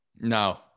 No